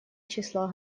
числа